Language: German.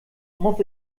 muss